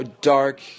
dark